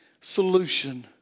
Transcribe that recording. solution